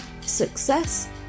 success